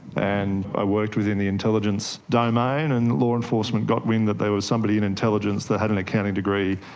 and i worked within the intelligence domain, and law enforcement got wind that there was somebody in intelligence that had an accounting degree,